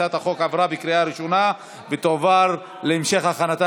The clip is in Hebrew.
הצעת החוק עברה בקריאה ראשונה ותועבר להמשך הכנתה